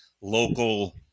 local